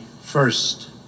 first